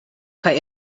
kaj